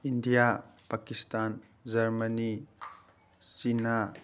India Pakistan Germany China